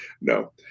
no